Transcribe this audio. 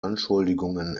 anschuldigungen